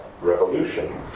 revolution